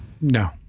no